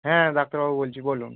হ্যাঁ ডাক্তারবাবু বলছি বলুন